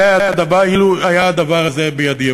אילו היה הדבר הזה בידי.